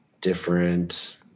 different